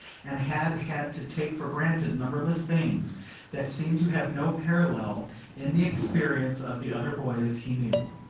and had had to take for granted numberless things that seemed to have no parallel in the experience of the other boys he knew.